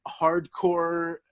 hardcore